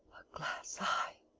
glass eye!